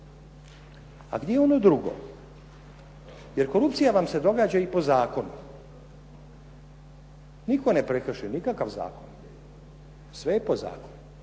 Ali gdje je ono drugo. Jer korupcija vam se događa i po zakonu. Nitko ne prekrši nikakav zakon, sve je po zakonu.